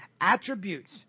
attributes